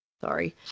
sorry